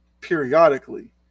periodically